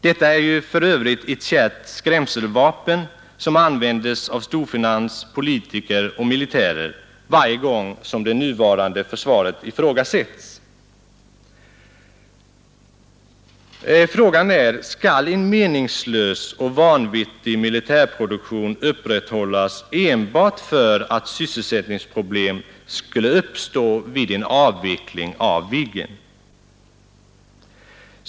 Denna är ju för övrigt ett kärt skrämselvapen som används av storfinans, politiker och militärer varje gång som det nuvarande försvaret ifrågasätts. Frågan är: Skall en meningslös och vanvettig militärproduktion upprätthållas enbart för att sysselsättningsproblem skulle uppstå vid en avveckling av Viggen?